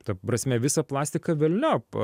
ta prasme visą plastiką velniop